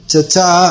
Tata